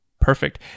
Perfect